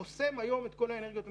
חוסם היום את כל האנרגיות המתחדשות.